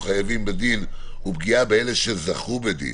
חייבים בדין ופגיעה באלה שזכו בדין,